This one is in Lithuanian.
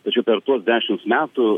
tačiau per tuos dešimts metų